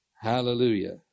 Hallelujah